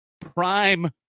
Prime